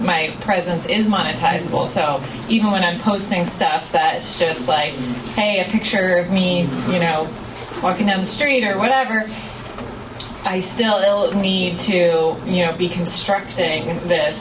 my presence is monetizable so even when i'm posting stuff that's just like hey a picture of me you know walking down the street or whatever i still need to you know be constructing this